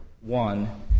one